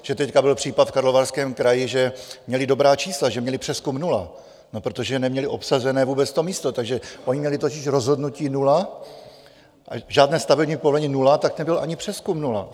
Že teď byl případ v Karlovarském kraji, že měli dobrá čísla, že měli přezkum nula no protože neměli obsazené vůbec to místo, takže oni měli totiž rozhodnutí nula, žádné stavební povolení nula, tak nebyl ani přezkum, nula.